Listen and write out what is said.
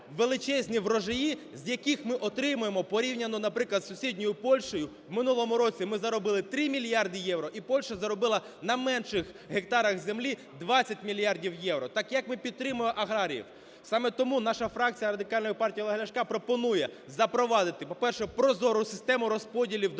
величезні врожаї, з яких ми отримуємо, порівняно, наприклад, із сусідньою Польщею, в минулому році ми заробили 3 мільярди євро, і Польща заробила на менших гектарах землі 20 мільярдів євро. Так як ми підтримуємо аграріїв? Саме тому наша фракція Радикальної партії Олега Ляшка пропонує запровадити, по-перше, прозору систему розподілів дотацій